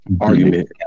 Argument